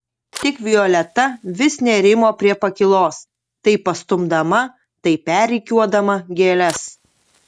tik violeta vis nerimo prie pakylos tai pastumdama tai perrikiuodama gėles